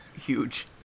huge